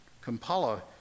Kampala